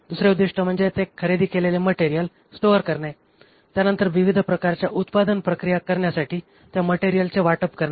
दुसरे उद्दिष्ट म्हणजे ते खरेदी केलेले मटेरियल स्टोअर करणे त्यानंतर विविध प्रकारच्या उत्पादन प्रक्रिया करण्यासाठी त्या मटेरियलचे वाटप करणे